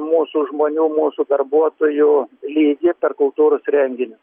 mūsų žmonių mūsų darbuotojų lygį per kultūros renginiu